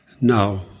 no